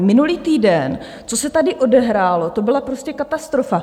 Minulý týden, co se tady odehrálo, to byla prostě katastrofa.